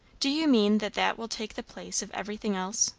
do you mean that that will take the place of everything else?